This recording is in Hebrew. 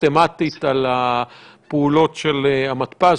סיסטמתית על הפעולות של המתפ"ש.